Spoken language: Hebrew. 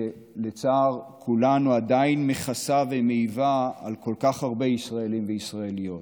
שלצער כולנו עדיין מכסה ומעיבה על כל כך הרבה ישראלים וישראליות